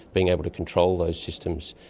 being able to control those systems.